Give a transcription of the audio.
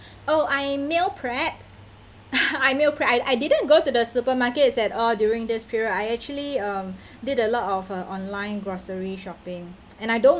oh I meal prep I meal prep I didn't go to the supermarkets at all during this period I actually um did a lot of uh online grocery shopping and I don't